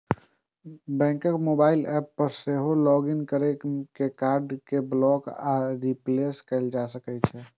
बैंकक mobile app पर सेहो लॉग इन कैर के कार्ड कें ब्लॉक आ रिप्लेस कैल जा सकै छै